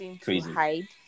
crazy